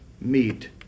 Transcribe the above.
meet